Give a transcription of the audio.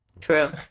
true